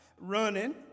running